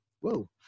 Whoa